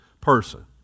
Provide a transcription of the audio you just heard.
person